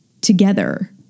together